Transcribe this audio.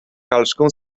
halszką